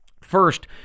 First